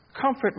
comfort